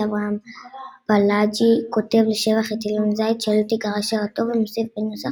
אברהם פאלאג'י כותב לשבח את אילן הזית שלא תיגרע שירתו ומוסיף בנוסח